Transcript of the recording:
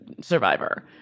Survivor